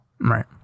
Right